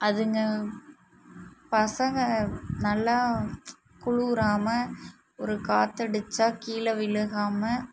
அதுங்க பசங்க நல்லா குளிராமல் ஒரு காற்றடிச்சா கீழே விழுகாமல்